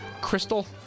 crystal